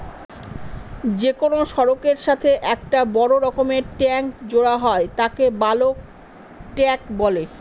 যে কোনো সড়কের সাথে একটা বড় রকমের ট্যাংক জোড়া হয় তাকে বালক ট্যাঁক বলে